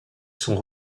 sont